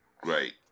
Great